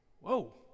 Whoa